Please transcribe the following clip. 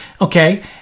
Okay